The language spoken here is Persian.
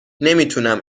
نمیتونم